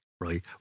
Right